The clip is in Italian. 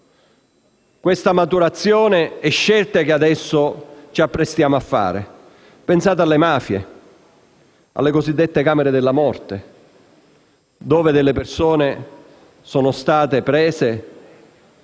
questa maturazione e le scelte che adesso ci apprestiamo a fare. Pensate alle mafie, alle cosiddette camere della morte, dove delle persone sono stato portate